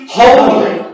holy